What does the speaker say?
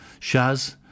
Shaz